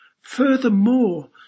Furthermore